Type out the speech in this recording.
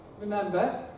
Remember